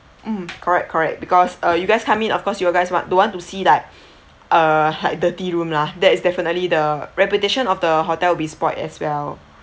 mm correct correct because uh you guys come in of course you guys want don't want to see like err like dirty room lah that is definitely the reputation of the hotel will be spoilt as well